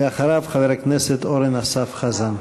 אחריו, חבר הכנסת אורן אסף חזן.